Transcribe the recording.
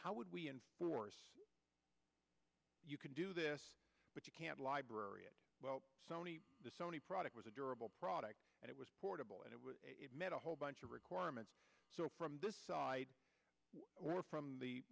how would we enforce you can do this but you can't library it well sony the sony product was a durable product and it was portable and it made a whole bunch of requirements so from this side or from the